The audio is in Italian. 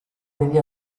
degli